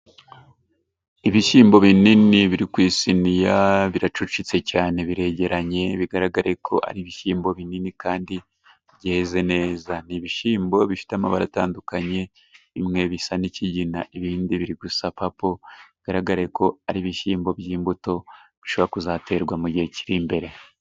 Ibishyimbo binini biri ku isiniya biracucitse cyane, biregeranye bigaragara ko ari ibishyimbo binini kandi byeze neza. Ni ibishyimbo bifite amabara atandukanye, bimwe bisa n'ikigina, ibindi biri gusa papo bigaragare ko ari ibishyimbo by'imbuto bishobora kuzaterwa mu gihe kiri imbere.